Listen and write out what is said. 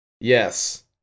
Yes